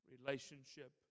relationship